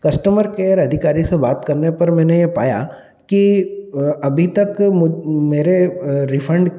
customer care अधिकारी से बात करने पर मैंने यह पाया कि अभी तक मेरे रिफंड